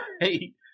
Hey